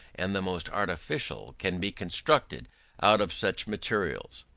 and the most artificial, can be constructed out of such materials.